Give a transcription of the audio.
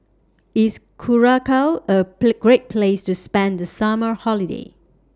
IS Curacao A Play Great Place to spend The Summer Holiday